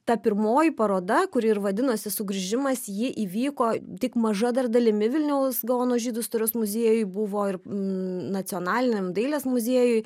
ta pirmoji paroda kuri ir vadinosi sugrįžimas ji įvyko tik maža dar dalimi vilniaus gaono žydų istorijos muziejuj buvo ir nacionaliniam dailės muziejuj